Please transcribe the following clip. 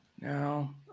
No